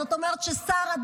זאת אומרת שסער,